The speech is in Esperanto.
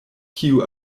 kiu